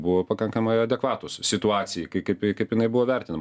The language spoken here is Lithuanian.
buvo pakankamai adekvatūs situacijai k kaip kaip jinai buvo vertinama